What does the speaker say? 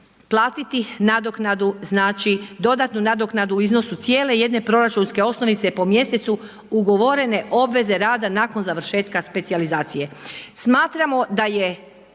platiti nadoknadu, znači dodatnu nadoknadu u iznosu cijele jedne proračunske osnovice po mjesecu ugovorene obveze rada nakon završetka specijalizacije.